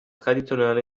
traditionell